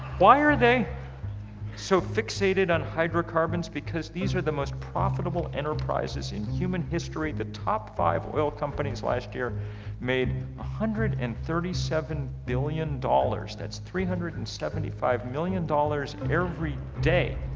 why are they so fixated on hydrocarbons? because these are the most profitable enterprises in human history. the top five oil companies last year made one hundred and thirty seven billion dollars. that's three hundred and seventy five million dollars every day.